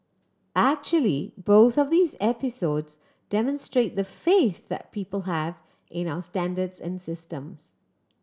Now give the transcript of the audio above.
actually both of these episodes demonstrate the faith that people have in our standards and systems